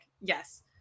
Yes